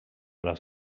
les